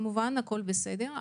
הכול בסדר,